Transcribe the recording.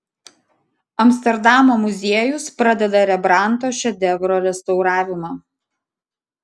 amsterdamo muziejus pradeda rembrandto šedevro restauravimą